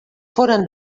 foren